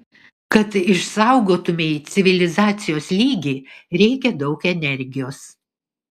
kad išsaugotumei civilizacijos lygį reikia daug energijos